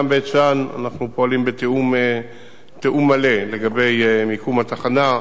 גם בבית-שאן אנחנו פועלים בתיאום מלא לגבי מיקום התחנה,